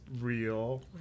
real